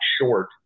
short